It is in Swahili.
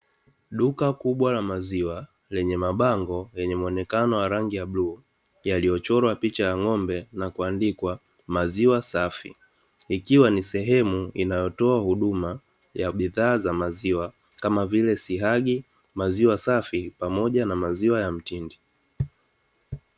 Duka kubwa la maziwa lenye mabango yenye muonekano wenye rangi ya bluu, yaliyochorwa picha ya ng'ombe na kuandikwa maziwa safi, ikiwa ni sehemu inayotoa huduma ya bidhaa za maziwa kama vile siagi maziwa safi na maziwa ya mtindi.